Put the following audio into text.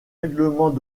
règlement